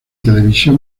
televisión